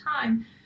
time